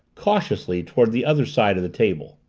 cautiously, toward the other side of the table.